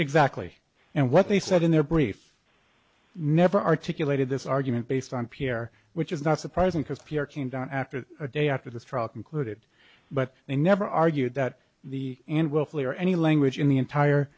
exactly and what they said in their brief never articulated this argument based on peer which is not surprising because p r came down after a day after the trial concluded but they never argued that the end willfully or any language in the entire